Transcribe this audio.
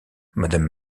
madame